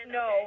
no